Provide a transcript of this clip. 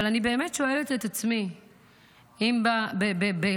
אבל אני באמת שואלת את עצמי אם בחיזבאללה